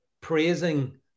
praising